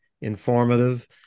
informative